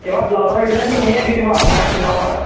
এইবাৰ ব্লাউজৰ ডিজাইন তুমিয়েই দি দিবা আৰু মই চিলাম আৰু